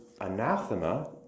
anathema